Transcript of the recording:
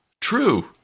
true